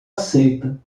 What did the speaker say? aceita